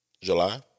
July